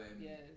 yes